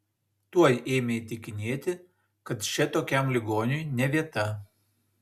tuoj ėmė įtikinėti kad čia tokiam ligoniui ne vieta